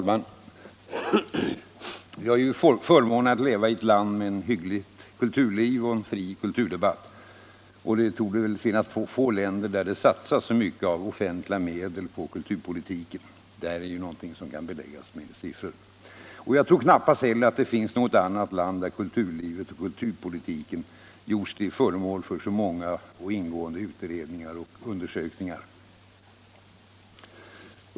Herr talman! Vi har fått förmånen att leva i ett land med ett hyggligt kulturliv och en fri kulturdebatt. Det torde finnas få lärder där det satsas så mycket av offentliga medel på kulturpolitiken. Det är någonting som kan beläggas med siffror. Jag tror knappast heller det finns något annat land där kulturlivet och kulturpolitiken gjorts till föremål för så många och ingående utredningar och undersökningar.